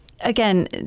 again